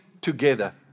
together